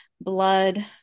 blood